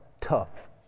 tough